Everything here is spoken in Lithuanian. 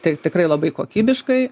tai tikrai labai kokybiškai